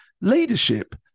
leadership